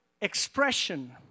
expression